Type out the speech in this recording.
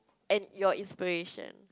and your inspiration